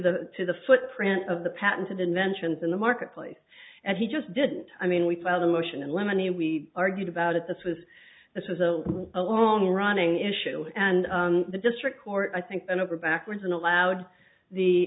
the to the footprint of the patented inventions in the marketplace and he just didn't i mean we filed a motion and lemony and we argued about it this was this was a long running issue and the district court i think and over backwards and allowed the